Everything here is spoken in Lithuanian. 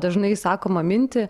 dažnai sakomą mintį